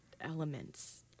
elements